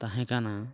ᱛᱟᱦᱮᱸ ᱠᱟᱱᱟ